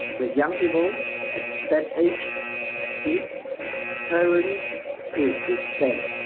the young people at that age need parent to teach them,